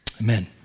Amen